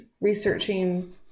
researching